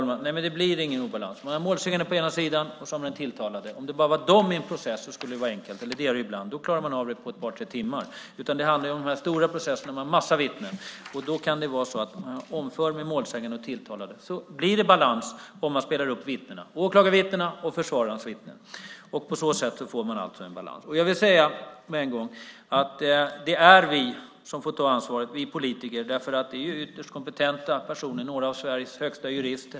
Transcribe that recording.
Fru talman! Det blir ingen obalans. Man har målsäganden på ena sidan och den tilltalade på den andra. Om det bara var de i en process skulle det vara enkelt. Det är det ibland. Då klarar man av det på ett par tre timmar. Men det handlar om de stora processerna med en massa vittnen. När man omförhör med målsägande och tilltalade blir det balans om man spelar upp vittnena, åklagarvittnena och försvararens vittnen. På så sätt får man en balans. Det är vi politiker som får ta ansvaret. Det här handlar ju om ytterst kompetenta personer, om några av Sveriges högsta jurister.